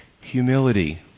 humility